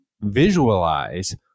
visualize